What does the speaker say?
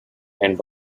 and